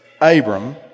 Abram